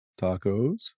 tacos